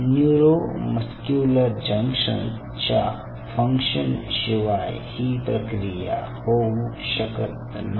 neuro muscular junction च्या function शिवाय ही प्रक्रिया होऊ शकत नाही